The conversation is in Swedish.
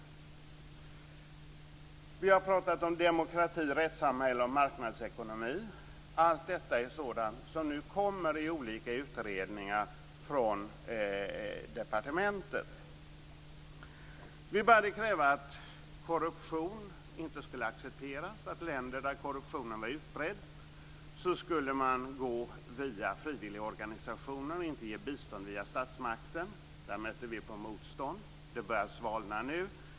Vi har pratat om demokrati, rättssamhälle och marknadsekonomi. Allt detta är sådant som nu kommer i olika utredningar från departementet. Vi började kräva att korruption inte skulle accepteras och att man i länder där korruptionen var utbredd skulle gå via frivilligorganisationer och inte ge bistånd via statsmakten. Där mötte vi motstånd. Det börjar svalna nu.